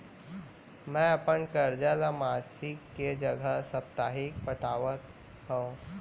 मै अपन कर्जा ला मासिक के जगह साप्ताहिक पटावत हव